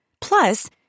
Plus